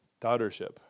daughtership